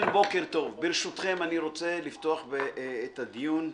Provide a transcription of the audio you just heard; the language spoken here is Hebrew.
ברשותכם, אני רוצה לפתוח את הדיון.